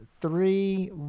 three